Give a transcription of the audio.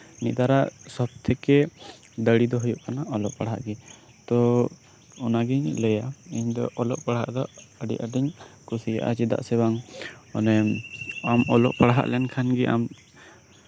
ᱱᱮᱛᱟᱨᱟᱜ ᱥᱚᱵᱽ ᱛᱷᱮᱹᱠᱮᱹ ᱫᱟᱲᱮ ᱫᱚ ᱦᱩᱭᱩᱜ ᱠᱟᱱᱟ ᱚᱞᱚᱜ ᱯᱟᱲᱦᱟᱜ ᱜᱮ ᱛᱚ ᱚᱱᱟᱜᱮᱧ ᱞᱟᱹᱭᱟ ᱤᱧᱫᱚ ᱚᱞᱚᱜ ᱯᱟᱲᱦᱟᱜ ᱫᱚ ᱟᱹᱰᱤ ᱟᱸᱴᱤᱧ ᱠᱩᱥᱤᱭᱟᱜᱼᱟ ᱪᱮᱫᱟᱜ ᱥᱮ ᱵᱟᱝ ᱟᱢ ᱚᱞᱚᱜ ᱯᱟᱲᱦᱟᱜ ᱞᱮᱱᱠᱷᱟᱱᱜᱮ ᱟᱢ